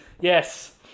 yes